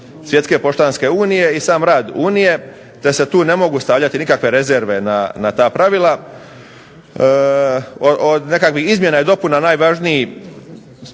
Svjetske poštanske unije i sam rad Unije te se tu ne mogu stavljati nikakve rezerve na ta pravila. Od nekakvih izmjena i dopuna najvažniji